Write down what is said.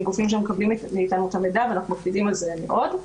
עם גופים שמקבלים מאיתנו את המידע ואנחנו מקפידים על זה מאוד.